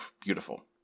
beautiful